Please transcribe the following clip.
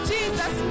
Jesus